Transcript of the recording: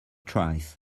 twice